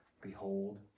Behold